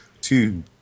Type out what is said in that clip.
two